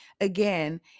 Again